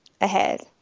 ahead